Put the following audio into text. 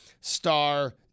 star